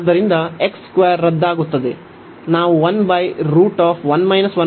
ಆದ್ದರಿಂದ x 2 ರದ್ದಾಗುತ್ತದೆ